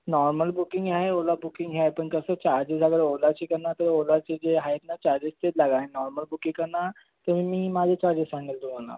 normal बुकिंगही आहे Ola booking आहे पण कसं चार्जेस अगर ओलाची करणार तर ओलाचे जे आहेत ना चार्जेस तेच लागणार आणि नॉर्मल बुकिं करणार तर मी माझे चार्जेस सांगेल तुम्हाला